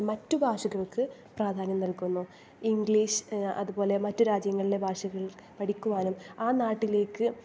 മറ്റ് ഭാഷകൾക്ക് പ്രാധാന്യം നൽകുന്നു ഇംഗ്ലീഷ് അതുപോലെ മറ്റ് രാജ്യങ്ങളിലെ ഭാഷകൾ പഠിക്കുവാനും ആ നാട്ടിലേക്ക്